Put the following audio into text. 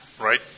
Right